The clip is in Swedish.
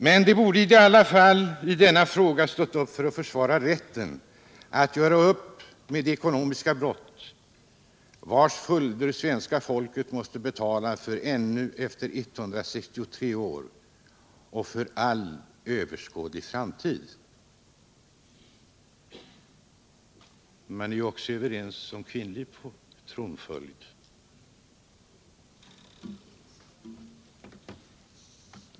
Men de borde i alla fall i denna fråga ha stått upp för att försvara rätten att göra upp med det ekonomiska brott, vars följder det svenska folket måste betala för ännu efter 163 år och för all överskådlig framtid. Man är ju också överens om kvinnlig tronföljd.